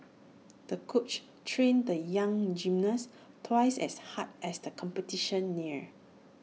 the coach trained the young gymnast twice as hard as the competition neared